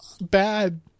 bad